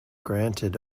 granted